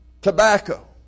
tobacco